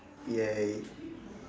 !yay!